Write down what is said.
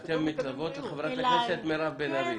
ואתם מפסגות של חברת הכנסת מירב בן ארי.